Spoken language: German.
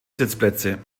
sitzplätze